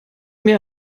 mir